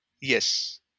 Yes